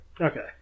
Okay